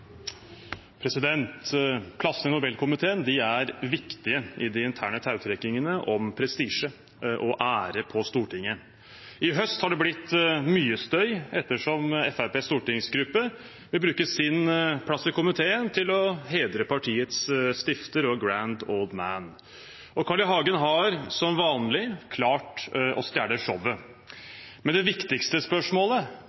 viktige i de interne tautrekkingene om prestisje og ære på Stortinget. I høst har det blitt mye støy ettersom Fremskrittspartiets stortingsgruppe vil bruke sin plass i komiteen til å hedre partiets stifter og «grand old man», og Carl I. Hagen har som vanlig klart å stjele